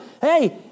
Hey